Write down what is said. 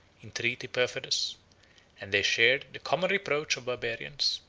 in treaty perfidious and they shared the common reproach of barbarians,